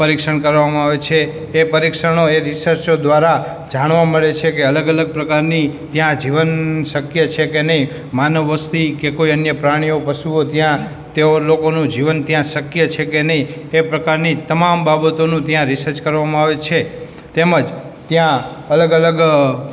પરીક્ષણ કરવામાં આવે છે એ પરીક્ષણો એ રીસર્ચો દ્વારા જાણવા મળે છે કે અલગ અલગ પ્રકારની ત્યાં જીવન શક્ય છે કે નહીં માનવ વસ્તી કે કોઇ અન્ય પ્રાણીઓ પશુઓ ત્યાં તેઓ લોકોનું જીવન ત્યાં શક્ય છે કે નહીં તે પ્રકારની તમામ બાબતોનું ત્યાં રીસર્ચ કરવામાં આવે છે તેમજ ત્યાં અલગ અલગ